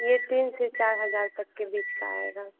यह तीन से चार हज़ार तक के बीच का आएगा